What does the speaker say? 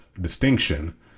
distinction